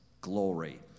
Glory